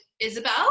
Isabel